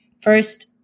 first